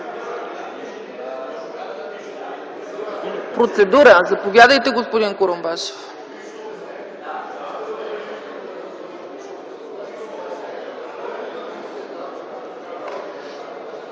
Процедура – заповядайте, господин Курумбашев.